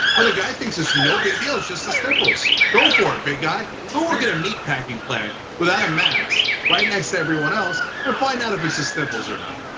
when the guy thinks it's no big deal, it's just the sniffles. go for it, big guy. go work at a meat packing plant, without a mask, right next to everyone else and find out if it's the sniffles or not.